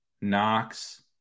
Knox